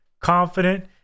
confident